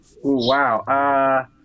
Wow